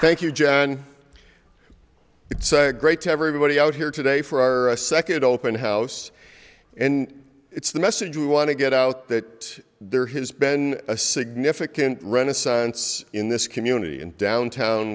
thank you jan it's great to everybody out here today for our second open house and it's the message we want to get out that there has been a significant renaissance in this community and downtown